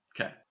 Okay